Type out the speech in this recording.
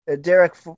Derek